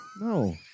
No